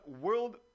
World